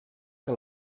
que